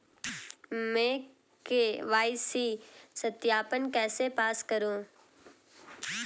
मैं के.वाई.सी सत्यापन कैसे पास करूँ?